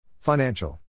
Financial